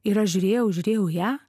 ir aš žiūrėjau ir žiūrėjau į ją